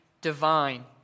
divine